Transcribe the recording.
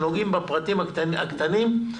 כשנוגעים בפרטים הקטנים.